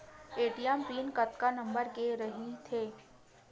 ATM PIN कतका number के रही थे?